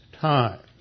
times